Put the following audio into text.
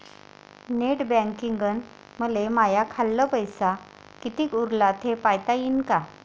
Net बँकिंगनं मले माह्या खाल्ल पैसा कितीक उरला थे पायता यीन काय?